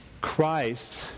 Christ